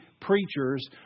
preachers